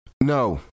No